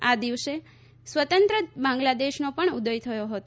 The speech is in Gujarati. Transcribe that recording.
આ દિવસે સ્વતંત્ર બાંગ્લાદેશનો પણ ઉદય થયો હતો